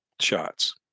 shots